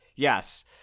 Yes